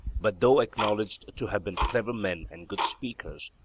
but, though acknowledged to have been clever men and good speakers,